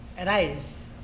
Arise